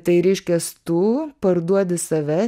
tai reiškias tu parduodi save